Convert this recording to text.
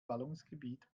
ballungsgebiet